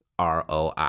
ROI